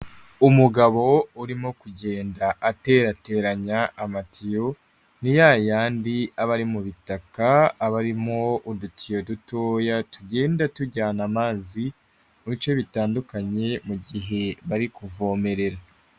Umugabo urimo kugenda aterateranya amatiyo, ni ya yandi aba ari mu bitaka aba arimo udutiyo dutoya tugenda tujyana amazi mu bice bitandukanye mu gihe bari kuvomerera.